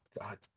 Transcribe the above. God